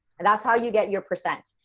and that's how you get your percent.